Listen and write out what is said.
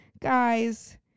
guys